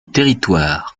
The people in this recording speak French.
territoire